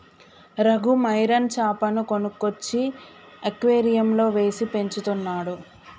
Raghu marine చాపను కొనుక్కొచ్చి అక్వేరియంలో వేసి పెంచుతున్నాడు